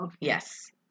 Yes